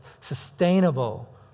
sustainable